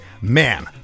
man